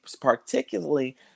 particularly